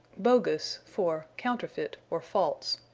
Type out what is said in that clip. bogus for counterfeit, or false.